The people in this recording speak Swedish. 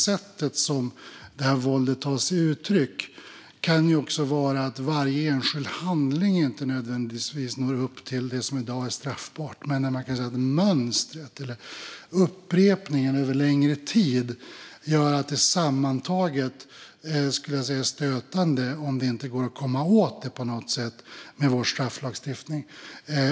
Sättet som detta våld tar sig uttryck kan också vara sådant att varje enskild handling inte nödvändigtvis når upp till det som i dag är straffbart, men mönstret eller upprepningen över längre tid gör att det sammantaget är stötande om det inte går att komma åt med vår strafflagstiftning.